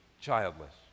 childless